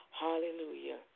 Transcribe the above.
Hallelujah